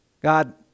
God